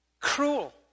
cruel